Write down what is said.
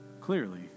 clearly